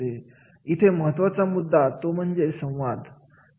इथे महत्त्वाचा मुद्दा तो म्हणजे संवाद